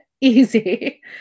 easy